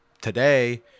today